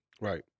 Right